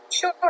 Sure